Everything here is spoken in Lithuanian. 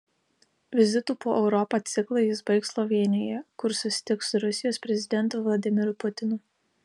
vizitų po europą ciklą jis baigs slovėnijoje kur susitiks su rusijos prezidentu vladimiru putinu